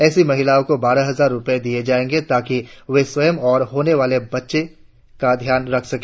ऎसी महिलाओं को बारह हजार रुपये दिये जाएंगे ताकि वे स्वयं और होने वाले बच्चे का ध्यान रख सके